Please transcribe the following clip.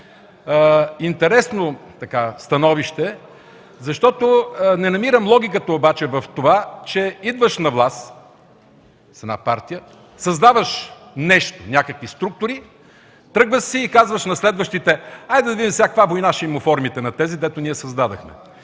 Интересно становище, защото не намирам логиката обаче – идваш на власт с една партия, създаваш нещо, някакви структури, тръгваш си и казваш на следващите: „Хайде да видим сега каква война ще им оформите на тези, дето ние създадохме?!”